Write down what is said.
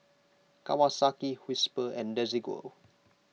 Kawasaki Whisper and Desigual